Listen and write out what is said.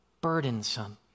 burdensome